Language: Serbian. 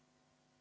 Hvala